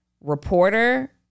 reporter